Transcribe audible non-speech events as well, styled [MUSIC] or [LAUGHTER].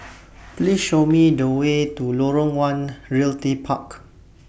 [NOISE] Please Show Me The Way to Lorong one Realty Park